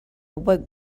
awoke